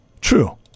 true